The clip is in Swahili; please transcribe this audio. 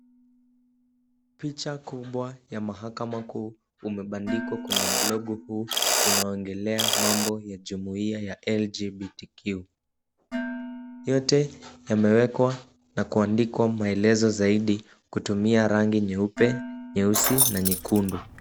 Picha kubwa ya mahakama kuu umebandikwa kwenye blogu huu unaoongelea mambo ya jumuia ya LGBTQ. Yote yamewekwa na kuandikwa maelezo zaidi kutumia rangi nyeupe, nyeusi na nyekundu.